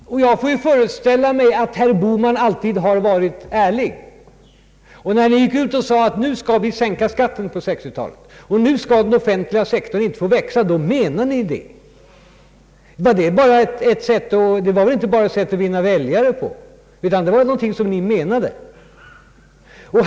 Jag föreställer mig att herr Bohman alltid har varit ärlig. När ni gick ut och sade att skatterna skulle sänkas under 1960-talet och att den offentliga sektorn inte skulle få växa mera, utgick jag från att ni menade det. Det var väl inte bara ett sätt att vinna väljare på, utan någonting som ni menade.